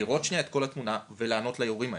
לראות שניה את כל התמונה ולענות לערעורים האלו.